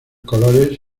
colores